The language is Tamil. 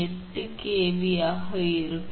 88 kV ஆக இருக்கும்